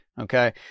okay